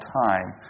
time